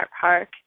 Park